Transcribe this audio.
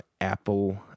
Apple